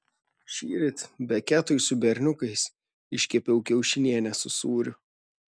šįryt beketui su berniukais iškepiau kiaušinienę su sūriu